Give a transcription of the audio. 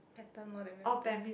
pattern more than badminton